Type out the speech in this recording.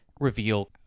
reveal